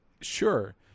sure